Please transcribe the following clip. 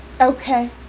okay